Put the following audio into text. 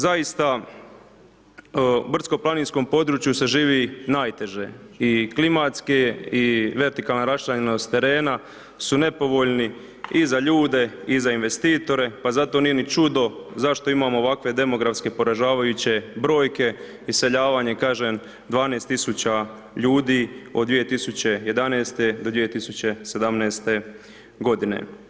Zaista, brdsko-planinskom području se živi najteže i klimatske i vertikalna raščlanjenost terena su nepovoljni i za ljude i za investitore pa zato nije ni čudo zašto imamo ovakve demografske poražavajuće brojke, iseljavanje, kažem, 12 tisuća ljudi, od 2011.-2017. godine.